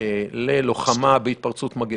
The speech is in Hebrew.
ללוחמה בהתפרצות המגפה,